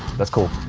that's cool